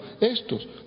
Estos